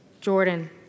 Jordan